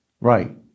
Right